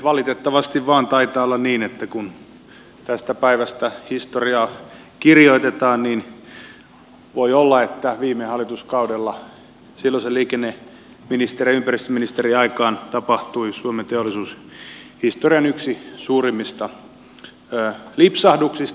valitettavasti vain taitaa olla niin että kun tästä päivästä historiaa kirjoitetaan niin voi olla että viime hallituskaudella silloisen liikenneministerin ja ympäristöministerin aikaan tapahtui suomen teollisuushistorian yksi suurimmista lipsahduksista